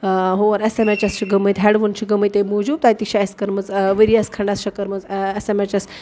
ہور S M H S چھِ گٔمٕتۍ ہٮ۪ڈوُن چھِ گٔمٕتۍ تَمہِ موٗجوٗب تَتہِ تہِ چھِ اَسہِ کٔرمٕژ ؤریس کھنٛڈَس چھےٚ کٔرمٕژ اٮ۪س اٮ۪م اٮ۪چ اٮ۪س